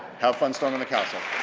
have fun storming the castle!